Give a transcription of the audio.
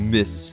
Miss